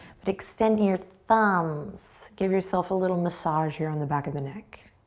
but extend your thumbs. give yourself a little massage here on the back of the neck.